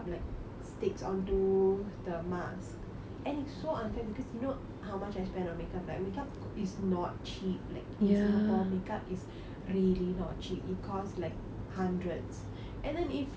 sticks onto the mask and it's so unfair because you know how much I spent on makeup like makeup is not cheap like in singapore makeup is really not cheap it cost like hundreds and then if like